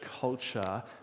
culture